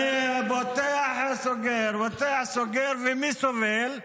אני פותח וסוגר, פותח וסוגר, ומי סובל?